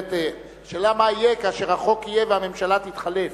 השאלה מה יהיה כאשר החוק יהיה והממשלה תתחלף.